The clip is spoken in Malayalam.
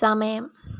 സമയം